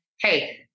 Hey